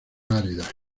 áridas